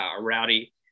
Rowdy